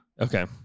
Okay